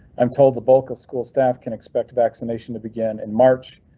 i'm told the bulk of school staff can expect vaccination to begin in march